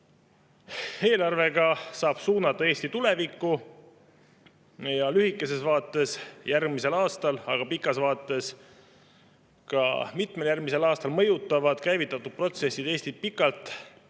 ehitada. Eelarvega saab suunata Eesti tulevikku. Lühikeses vaates järgmisel aastal, aga pikas vaates ka mitmel järgmisel aastal mõjutavad käivitatud protsessid Eestit pikalt.